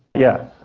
yeah,